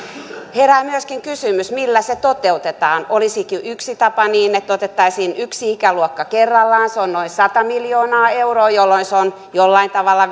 herää myöskin kysymys millä se toteutetaan olisiko yksi tapa niin että otettaisiin yksi ikäluokka kerrallaan se on noin sata miljoonaa euroa jolla se on jollain tavalla